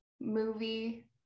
movie